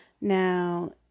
Now